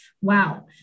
wow